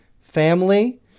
family